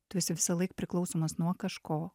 tu esi visąlaik priklausomas nuo kažko